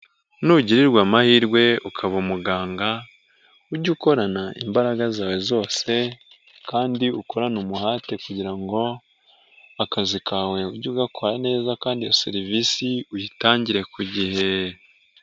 Nugirirwa amahirwe ukaba umuganga, ujjye ukorana imbaraga zawe zose kandi ukorane umuhate, kugira ngo akazi kawe ujye ugakora neza kandi iyo serivisi uyitangire ku gihe.